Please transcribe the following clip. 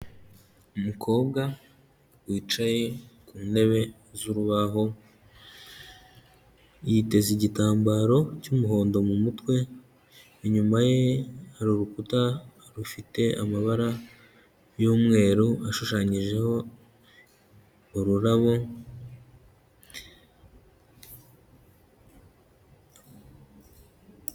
Umukobwa wicaye ku ntebe z'urubaho yiteze igitambaro cy'umuhondo mu mutwe, inyuma ye hari urukuta rufite amabara y'umweru ashushanyijeho ururabo.